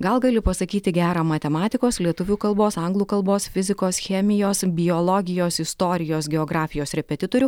gal gali pasakyti gerą matematikos lietuvių kalbos anglų kalbos fizikos chemijos biologijos istorijos geografijos repetitorių